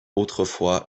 autrefois